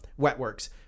Wetworks